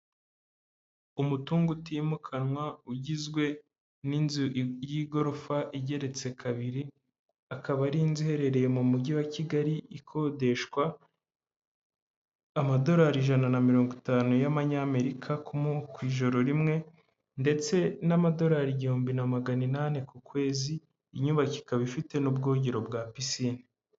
Umutungo utimukanwa ugizwe n'inzu y'igorofa igeretse kabiri, akaba ari inzu iherereye mu mujyi wa Kigali ikodeshwa amadolari ijana na mirongo itanu y'amanyamerika ku ijoro rimwe, ndetse n'amadolari igihumbi na magana inani ku kwezi. Inyubako ikaba ifite n'ubwogero bwa pisine.